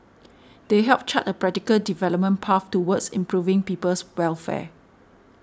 they help chart a practical development path towards improving people's welfare